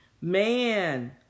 man